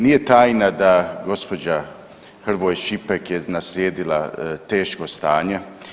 Nije tajna da gospođa Hrvoj Šipek je naslijedila teško stanje.